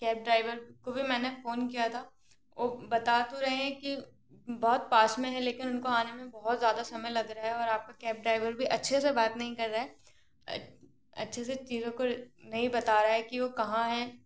cab driver को भी मैंने फ़ोन किया था वो बता तो रहे हैं कि बहुत पास में है लेकिन उनको आने में बहुत ज़्यादा समय लग रहा है और आप का कैब ड्रायभर भी अच्छे से बात नहीं कर रहा है अच्छे से चीज़ों को नहीं बता रहा है कि वो कहाँ है